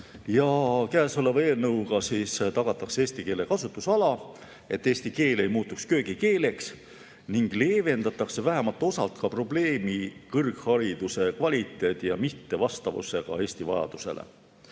Käesoleva eelnõuga tagatakse eesti keele kasutusala, et eesti keel ei muutuks köögikeeleks, ning leevendatakse vähemalt osalt probleemi kõrghariduse kvaliteedi ja mittevastavusega Eesti vajadusele.